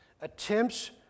attempts